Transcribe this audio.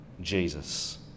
Jesus